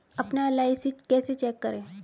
अपना एल.आई.सी कैसे चेक करें?